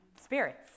spirits